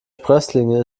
sprösslinge